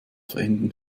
verenden